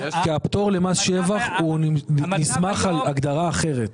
כי הפטור למס שבח נסמך על הגדרה אחרת.